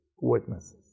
witnesses